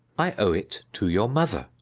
i owe it to your mother.